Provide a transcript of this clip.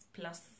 plus